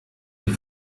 die